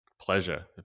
Pleasure